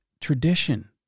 tradition